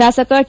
ಶಾಸಕ ಟ